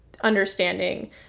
understanding